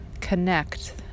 connect